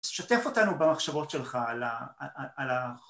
שתף אותנו במחשבות שלך על ה...